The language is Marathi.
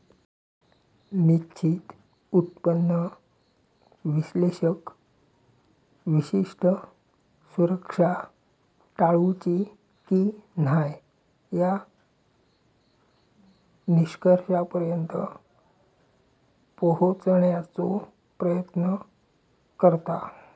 निश्चित उत्पन्न विश्लेषक विशिष्ट सुरक्षा टाळूची की न्हाय या निष्कर्षापर्यंत पोहोचण्याचो प्रयत्न करता